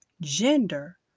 gender